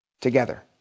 Together